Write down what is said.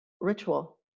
ritual